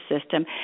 system